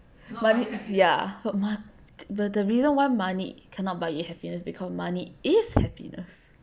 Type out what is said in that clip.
mone~ ya but man th~ the reason why money cannot buy happiness because money is happiness